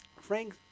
Frank